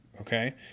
Okay